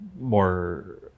more